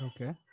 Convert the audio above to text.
Okay